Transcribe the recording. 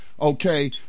okay